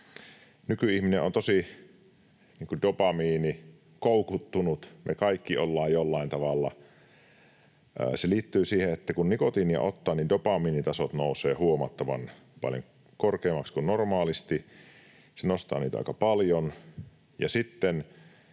Nykyihminen on tosi dopamiinikoukuttunut, me kaikki ollaan jollain tavalla. Se liittyy siihen, että kun nikotiinia ottaa, niin dopamiinitasot nousevat huomattavan paljon korkeammiksi kuin normaalisti, se nostaa niitä aika paljon.